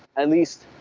at least,